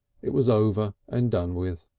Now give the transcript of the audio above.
it was over and done with.